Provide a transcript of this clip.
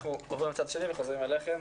אנחנו עוברים לצד שני וחוזרים אליכן,